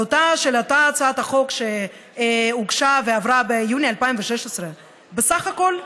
עלותה של אותה הצעת החוק שהוגשה ועברה ביוני 2016 היא בסך הכול,